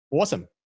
Awesome